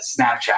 Snapchat